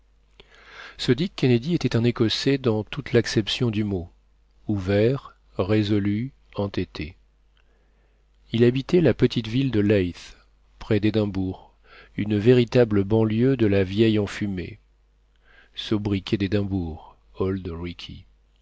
kennedy était un écossais dans toute l'acception du mot ouvert résolu entêté il habitait la petite ville de leith près d'édimbourg une véritable banlieue de la vieille enfumée